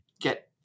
get